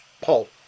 Paul